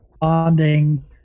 bonding